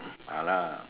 ya lah